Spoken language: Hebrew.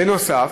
בנוסף,